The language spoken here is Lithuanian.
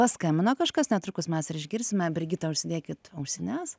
paskambino kažkas netrukus mes ir išgirsime brigita užsidėkit ausines